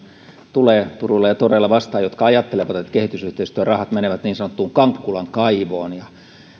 tulee turuilla ja toreilla vastaan jotka ajattelevat että kehitysyhteistyörahat menevät niin sanottuun kankkulan kaivoon